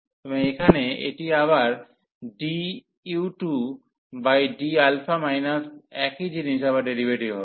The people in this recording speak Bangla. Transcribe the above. এবং এখানে এটি আবার du2d মাইনাস একই জিনিসটি আবার ডেরিভেটিভ হবে